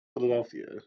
Philadelphia